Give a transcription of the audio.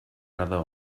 another